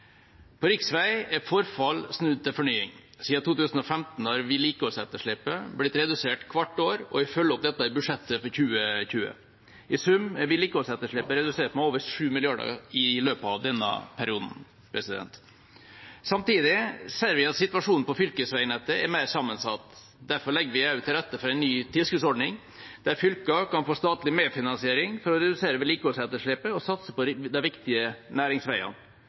På riksveiene er forfallet snudd til fornying. Siden 2015 har vedlikeholdsetterslepet blitt redusert hvert år, og vi følger opp dette i budsjettet for 2020. I sum er vedlikeholdsetterslepet redusert med over 7 mrd. kr i løpet av denne perioden. Samtidig ser vi at situasjonen på fylkesveinettet er mer sammensatt. Derfor legger vi også til rette for en ny tilskuddsordning der fylkene kan få statlig medfinansiering for å redusere vedlikeholdsetterslepet og satse på de viktige næringsveiene.